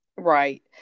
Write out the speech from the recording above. Right